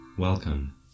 Welcome